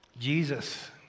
Jesus